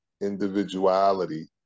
individuality